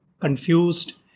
confused